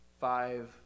Five